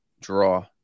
draw